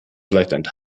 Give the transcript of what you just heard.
vielleicht